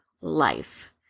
life